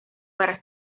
para